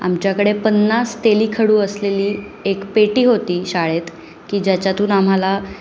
आमच्याकडे पन्नास तेलीखडू असलेली एक पेटी होती शाळेत की ज्याच्यातून आम्हाला